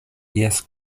ies